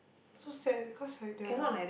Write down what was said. so sad cause like their